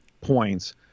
points